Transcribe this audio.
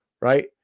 right